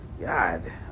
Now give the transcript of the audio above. God